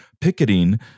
picketing